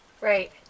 Right